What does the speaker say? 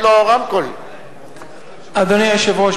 אדוני היושב-ראש,